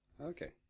Okay